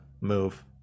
move